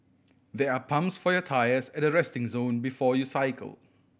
there are pumps for your tyres at the resting zone before you cycle